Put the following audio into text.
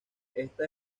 esta